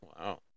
Wow